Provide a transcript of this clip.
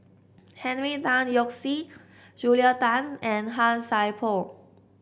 Henry Tan Yoke See Julia Tan and Han Sai Por